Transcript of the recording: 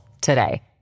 today